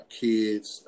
kids